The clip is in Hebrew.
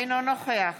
אינו נוכח